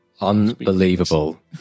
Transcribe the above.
unbelievable